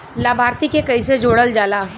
लभार्थी के कइसे जोड़ल जाला?